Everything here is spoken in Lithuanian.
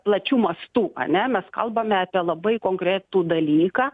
plačiu mastu ane mes kalbame apie labai konkretų dalyką